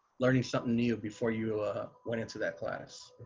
learning something new, before you went into that class.